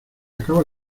acaba